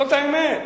זאת האמת.